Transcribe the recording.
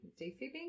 defibbing